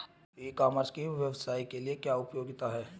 ई commerce के व्यवसाय के लिए क्या उपयोगिता है?